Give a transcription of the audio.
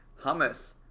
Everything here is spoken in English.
Hummus